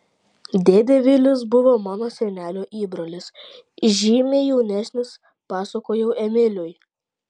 dėdė vilis buvo mano senelio įbrolis žymiai jaunesnis pasakojau emiliui